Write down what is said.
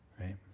Right